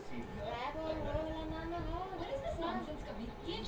हम प्रधानमंत्री medical insurance के लिए एलिजिबल बानी?